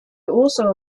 also